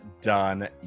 done